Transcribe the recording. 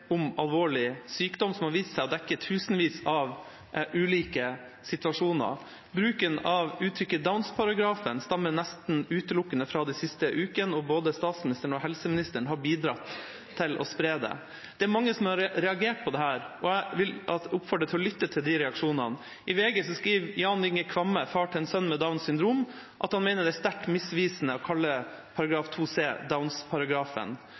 om alvorlig sykdom, som har vist seg å dekke tusenvis av ulike situasjoner. Bruken av uttrykket «downs-paragrafen stammer nesten utelukkende fra de siste ukene, og både statsministeren og helseministeren har bidratt til å spre det. Det er mange som har reagert på dette, og jeg vil oppfordre til å lytte til disse reaksjonene. I VG skriver Jan Inge Kvamme, far til en sønn med Downs syndrom, at han mener det er sterkt misvisende å kalle